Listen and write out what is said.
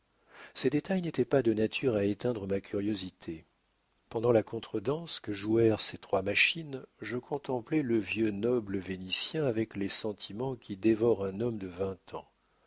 ces détails n'étaient pas de nature à éteindre ma curiosité pendant la contredanse que jouèrent ces trois machines je contemplai le vieux noble vénitien avec les sentiments qui dévorent un homme de vingt ans